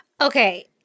Okay